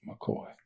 McCoy